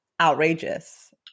outrageous